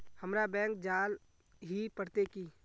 हमरा बैंक जाल ही पड़ते की?